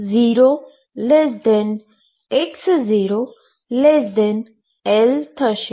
તેથી 0x0L થશે